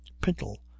pintle